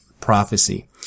prophecy